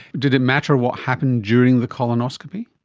did it matter what happened during the colonoscopy?